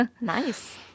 Nice